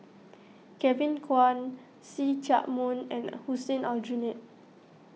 Kevin Kwan See Chak Mun and Hussein Aljunied